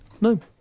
No